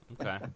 Okay